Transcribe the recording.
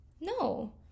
no